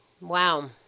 wow